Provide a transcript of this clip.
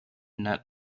nut